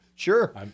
Sure